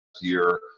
year